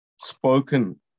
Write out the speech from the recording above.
spoken